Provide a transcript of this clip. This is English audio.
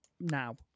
now